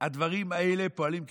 הדברים האלה פועלים כבומרנג,